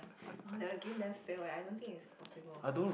orh that game damn fail eh I don't think is possible